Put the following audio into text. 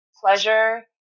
Pleasure